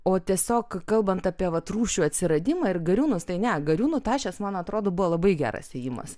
o tiesiog kalbant apie vat rūšių atsiradimą ir gariūnus tai ne gariūnų tašės man atrodo buvo labai geras ėjimas